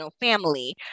family